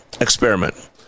Experiment